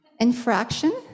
infraction